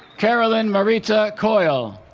caroline marita coyle